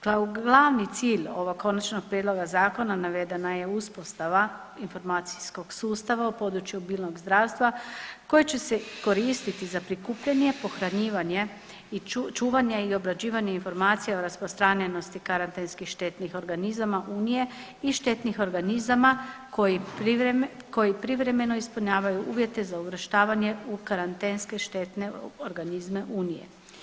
Kao glavni cilj ovog konačnog prijedloga zakona navedena je uspostava informacijskog sustava u području biljnog zdravstva koje će se koristiti za prikupljanje, pohranjivanje i čuvanje i obrađivanje informacija o rasprostranjenosti karantenskih štetnih organizama Unije i štetnih organizama koji privremeno ispunjavaju uvjete za uvrštavanje u karantenske štetne organizme Unije.